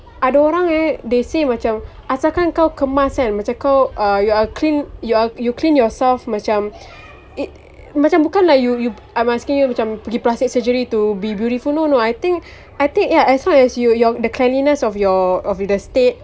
ada orang eh they say macam asalkan kau kemas kan macam kau err you are clean you clean yourself macam it macam bukanlah you yo~ I'm asking you macam pergi plastic surgery to be beautiful no no I think I think ya as long as you your the cleanliness of your of your the state